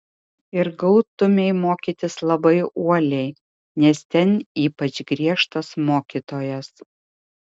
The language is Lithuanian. ir gautumei mokytis labai uoliai nes ten ypač griežtas mokytojas